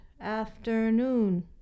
afternoon